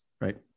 right